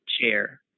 chair